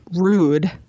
rude